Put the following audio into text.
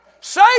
Say